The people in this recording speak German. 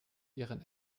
ihren